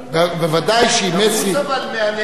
אבל כנראה גילו אותו מוקדם מאוד,